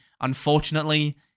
unfortunately